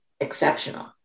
exceptional